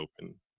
open